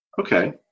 Okay